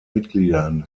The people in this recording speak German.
mitgliedern